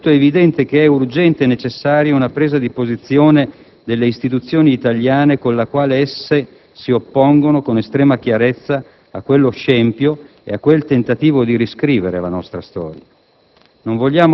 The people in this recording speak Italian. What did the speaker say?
allora è del tutto evidente che è urgente e necessaria una presa di posizione delle istituzioni italiane attraverso cui opporsi, con estrema chiarezza, a quello scempio e a quel tentativo di riscrivere la nostra storia.